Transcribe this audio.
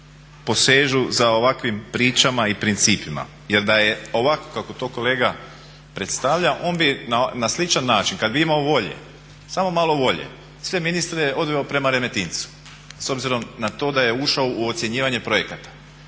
posežu za ovakvim pričama i principima. Jer da je ovako kako to kolega predstavlja on bi na sličan način kad bi imao volje, samo malo volje sve ministre odveo prema Remetincu s obzirom na to da je ušao u ocjenjivanje projekata.